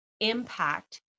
impact